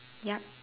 yup